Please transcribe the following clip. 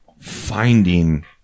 finding